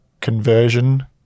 conversion